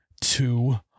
two